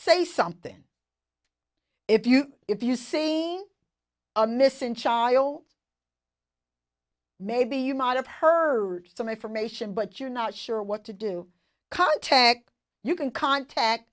say something if you if you sing a missing child maybe you might have heard some information but you're not sure what to do caltech you can contact